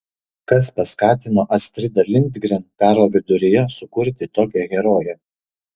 kas paskatino astridą lindgren karo viduryje sukurti tokią heroję